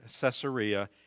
Caesarea